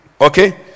Okay